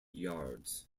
yards